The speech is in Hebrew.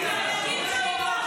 --- מה קורה?